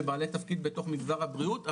לבעלי תפקיד בתוך מגזר הבריאות,